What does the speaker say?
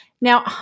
Now